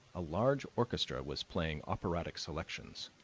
a large orchestra was playing operatic selections,